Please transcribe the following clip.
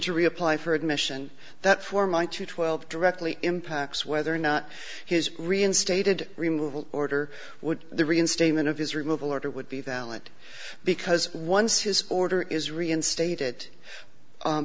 to reapply for admission that for my to twelve directly impacts whether or not his reinstated removal order would the reinstatement of his removal order would be valid because once his order is reinstated